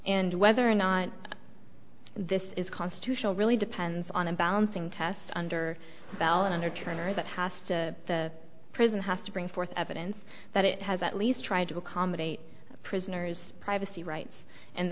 and whether or not this is constitutional really depends on a balancing test under the belt under turner that has to the prison has to bring forth evidence that it has at least tried to accommodate prisoners privacy rights and